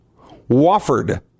Wofford